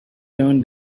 turn